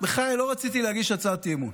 אני בכלל לא רציתי להגיש הצעת אי-אמון.